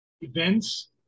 events